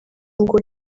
ngo